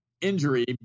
injury